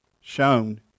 shown